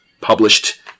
published